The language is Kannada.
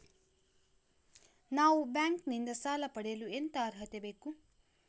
ನಾವು ಬ್ಯಾಂಕ್ ನಿಂದ ಸಾಲ ಪಡೆಯಲು ಎಂತ ಅರ್ಹತೆ ಬೇಕು?